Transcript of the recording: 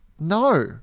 No